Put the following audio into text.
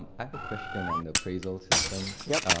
i have a question on the appraisal system. yep.